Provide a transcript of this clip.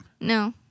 No